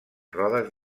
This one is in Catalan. rodes